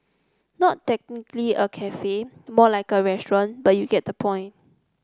not technically a cafe more like a restaurant but you get the point